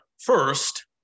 First